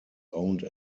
owned